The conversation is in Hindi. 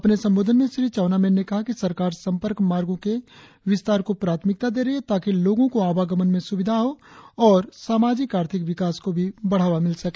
अपने संबोधन में श्री चाउना मेन ने कहा कि सरकार संपर्क मार्गों के विस्तार को प्राथमिकता दे रही है ताकि लोगो को आवागमन में सुविधा हो और सामाजिक आर्थिक विकास को भी बढ़ावा मिल सके